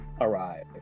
arrive